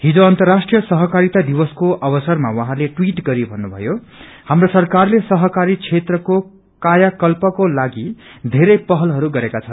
हिज अन्तराष्ट्रीय सहकारिता दिवसको अवसरमा उहाँले टूविट गरी भन्नुभयो हाम्रो सरकारले सहकारी क्षेत्रको कायाकाल्पकोलागि वेरै पहलहरू गरेका छन्